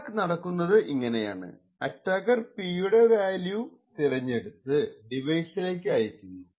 attack നടക്കുന്നത് ഇങ്ങനെയാണ് attacker P യുടെ ഒരു വാല്യൂ തിരഞ്ഞെടുത്ത് ഡിവൈസിലേക്ക് അയക്കുന്നു